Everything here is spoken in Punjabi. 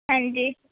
ਹਾਂਜੀ